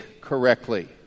correctly